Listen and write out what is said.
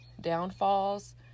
downfalls